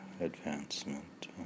advancement